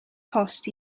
post